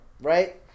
right